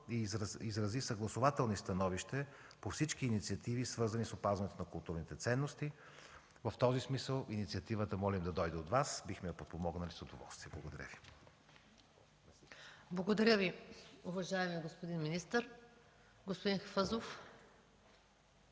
и изрази съгласувателни становища по всички инициативи, свързани с опазването на културните ценности. В този смисъл молим инициативата да дойде от Вас. Бихме я подпомогнали с удоволствие. Благодаря Ви. ПРЕДСЕДАТЕЛ МАЯ МАНОЛОВА: Благодаря Ви, уважаеми господин министър. Господин Хафъзов.